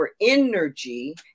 Energy